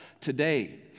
today